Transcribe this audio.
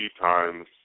times